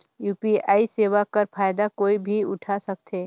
UPI सेवा कर फायदा कोई भी उठा सकथे?